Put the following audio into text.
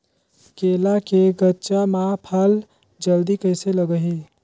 केला के गचा मां फल जल्दी कइसे लगही?